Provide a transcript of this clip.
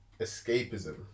escapism